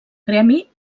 gremi